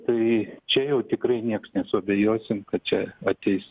tai čia jau tikrai nieks nesuabejosim kad čia ateis